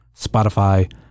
Spotify